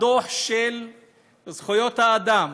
דוח זכויות האדם